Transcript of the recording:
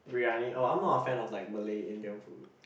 briyani oh I'm not a fan of like Malay Indian food